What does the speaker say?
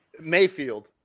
Mayfield